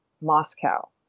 Moscow